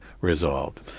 resolved